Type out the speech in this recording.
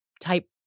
type